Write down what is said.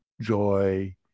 joy